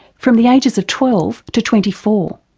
from the ages of twelve to twenty four.